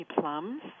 Plums